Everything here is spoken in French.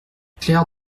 clerc